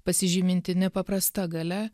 pasižymintį nepaprasta galia